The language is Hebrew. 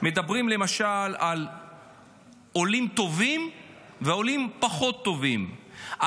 מדברים למשל על עולים טובים ועולים פחות טובים,